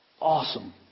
Awesome